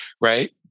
right